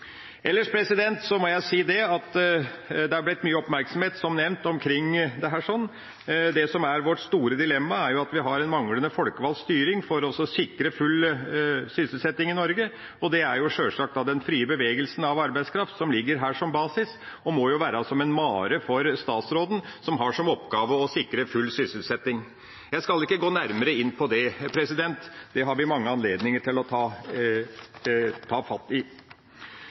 Ellers har det blitt mye oppmerksomhet, som nevnt, omkring dette. Det som er vårt store dilemma, er at vi har en manglende folkevalgt styring for å sikre full sysselsetting i Norge, og det er sjølsagt den frie bevegelsen av arbeidskraft som ligger her som basis og må være som en mare for statsråden, som har som oppgave å sikre full sysselsetting. Jeg skal ikke gå nærmere inn på det – det har vi mange anledninger til å ta fatt i.